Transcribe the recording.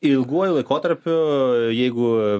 ilguoju laikotarpiu jeigu